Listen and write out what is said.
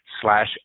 slash